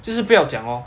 就是不要讲 lor